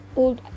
old